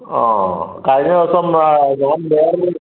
അ കഴിഞ്ഞ ദിവസം ഞാൻ വേറെ ഒരു